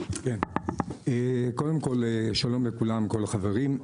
שלום לכולם, כל החברים.